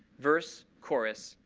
verse, chorus,